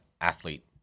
athlete